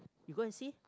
you go and see